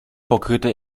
pokryte